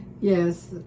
Yes